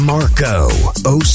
Marco